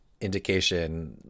indication